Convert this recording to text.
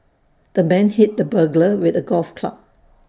the man hit the burglar with A golf club